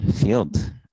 field